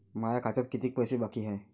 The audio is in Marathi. माया खात्यात कितीक पैसे बाकी हाय?